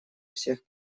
всех